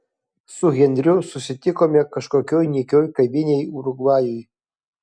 su henriu susitikome kažkokioj nykioj kavinėj urugvajui